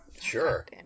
Sure